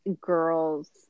girls